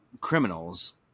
criminals